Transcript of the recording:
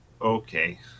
okay